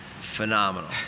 phenomenal